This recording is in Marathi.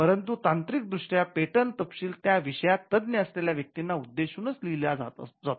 परंतु तांत्रिक दृष्ट्या पेटंट तपशील त्या विषयात तज्ञ असलेल्या व्यक्तींना उद्देशूनच लिहिला जातो